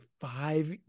five